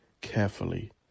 carefully